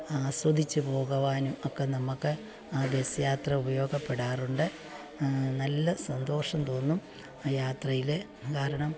ആസ്വദിച്ച് പോകുവാനും ഒക്കെ നമുക്ക് ബസ് യാത്ര ഉപയോഗപ്പെടാറുണ്ട് നല്ല സന്തോഷം തോന്നും ആ യാത്രയില് കാരണം